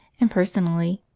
and personally,